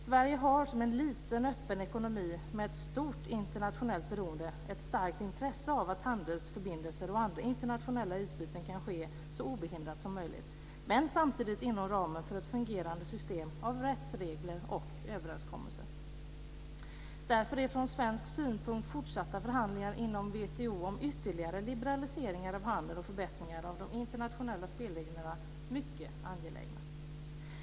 Sverige har som en liten öppen ekonomi med ett stort internationellt beroende ett starkt intresse av att handelsförbindelser och andra internationella utbyten kan ske så obehindrat som möjligt, men samtidigt inom ramen för ett fungerande system av rättsregler och överenskommelser. Därför är från svensk synpunkt fortsatta förhandlingar inom WTO om ytterligare liberaliseringar av handeln och förbättringar av de internationella spelreglerna mycket angelägna.